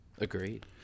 Agreed